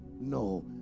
no